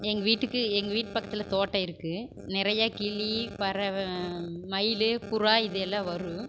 எங்கள் வீட்டுக்கு எங்கள் வீட்டு பக்கத்தில் தோட்டம் இருக்குது நிறையா கிளி பறவை மயில் புறா இது எல்லாம் வரும்